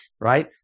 right